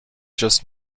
just